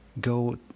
go